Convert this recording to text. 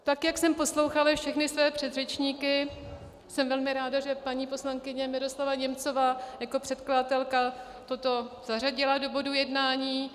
Tak jak jsem poslouchala všechny své předřečníky, jsem velmi ráda, že paní poslankyně Miroslava Němcová jako předkladatelka toto zařadila do bodů jednání.